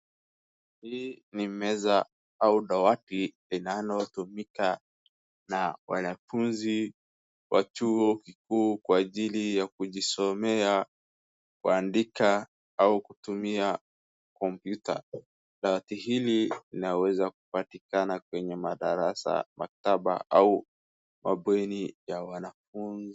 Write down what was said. Hii ni meza au dawati linalotumika na wanafunzi wa chuo kikuu kwa ajili ya kujisomea kwandika au kutumia computer dawati hili linaweza kupatikana kwenye madarasa maktaba au mabweni ya wanafunzi.